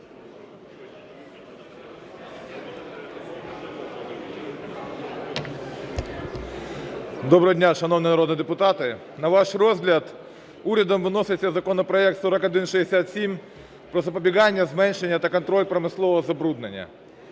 Доброго дня, шановні народні депутати! На ваш розгляд урядом виноситься законопроект 4167 про запобігання, зменшення та контроль промислового забруднення.